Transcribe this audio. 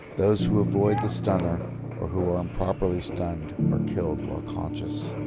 those who avoid the stunner or who are improperly stunned are killed while conscious.